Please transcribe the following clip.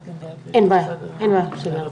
בבקשה.